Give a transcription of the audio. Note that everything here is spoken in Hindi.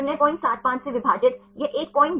स्टूडेंट pi helix इसे pi हेलिक्स कहा जाता है